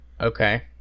Okay